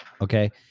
okay